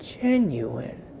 genuine